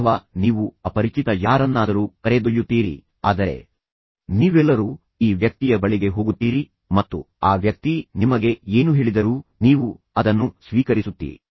ಅಥವಾ ನೀವು ಅಪರಿಚಿತ ಯಾರನ್ನಾದರೂ ಕರೆದೊಯ್ಯುತ್ತೀರಿ ಆದರೆ ನೀವೆಲ್ಲರೂ ಈ ವ್ಯಕ್ತಿಯ ಬಳಿಗೆ ಹೋಗುತ್ತೀರಿ ಎಂದು ಒಪ್ಪುತ್ತೀರಿ ಮತ್ತು ಆ ವ್ಯಕ್ತಿ ನಿಮಗೆ ಏನು ಹೇಳಿದರೂ ನೀವು ಅದನ್ನು ಸ್ವೀಕರಿಸುತ್ತೀರಿ